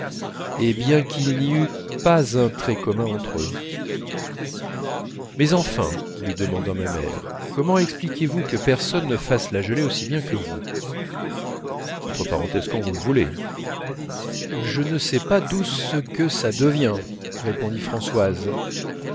et bien qu'il n'y eût pas un trait commun entre eux mais enfin lui demanda ma mère comment expliquez-vous que personne ne fasse la gelée aussi bien que vous quand vous le voulez je ne sais pas d'où ce que ça devient répondit françoise